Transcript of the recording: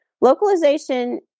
Localization